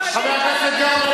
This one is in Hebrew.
חבר הכנסת גפני,